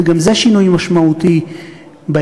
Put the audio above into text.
וגם זה שינוי משמעותי בהרגלים.